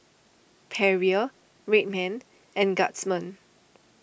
Perrier Red Man and Guardsman